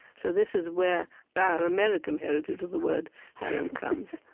so this is where our american heritage of the word harem comes